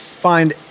Find